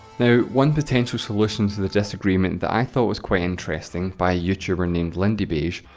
now, one potential solution to the disagreement that i thought was quite interesting, by a youtuber named lindybeige,